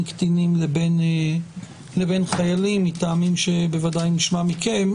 קטינים לבין חיילים מטעמים שבוודאי נשמע מכם.